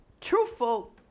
truthful